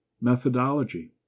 Methodology